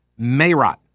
Mayrot